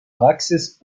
praxis